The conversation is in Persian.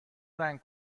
رنگ